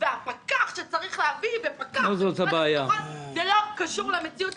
הפקח שצריך להביא ומשרד הביטחון זה לא קשור למציאות.